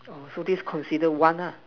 orh so this consider one lah